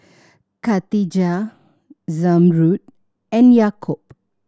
Khatijah Zamrud and Yaakob